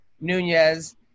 Nunez